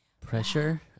pressure